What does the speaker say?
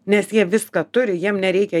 nes jie viską turi jiem nereikia